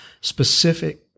specific